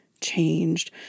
changed